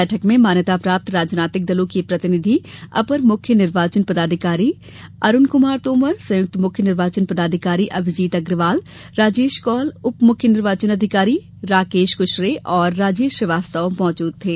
बैठक में मान्यता प्राप्त राजनैतिक दलों के प्रतिनिधि अपर मुख्य निर्वाचन पदाधिकारी अरूण कुमार तोमर संयुक्त मुख्य निर्वाचन पदाधिकारी अभिजीत अग्रवाल राजेश कौल उप मुख्य निर्वाचन पदाधिकारी राकेश कुशरे एवं राजेश श्रीवास्तव उपस्थित थे